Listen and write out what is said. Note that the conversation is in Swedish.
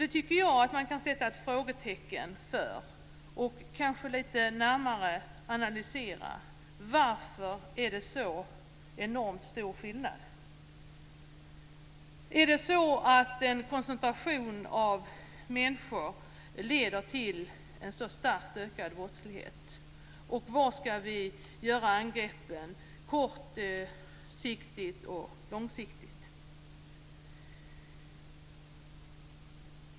Jag tycker att man kan sätta ett frågetecken för och lite närmare analysera varför det är så enormt stor skillnad. Är det så att en koncentration av människor leder till en så starkt ökad brottslighet? Och var skall vi göra angreppen kortsiktigt och långsiktigt?